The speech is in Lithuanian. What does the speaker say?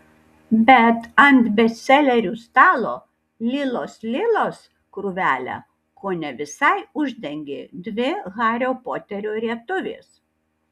bet ant bestselerių stalo lilos lilos krūvelę kone visai uždengė dvi hario poterio rietuvės